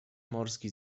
morski